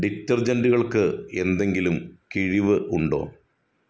ഡിറ്റർജെൻറ്റുകൾക്ക് എന്തെങ്കിലും കിഴിവ് ഉണ്ടോ